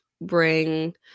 bring